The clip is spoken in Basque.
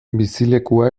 bizilekua